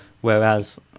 Whereas